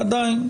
ועדיין,